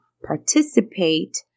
participate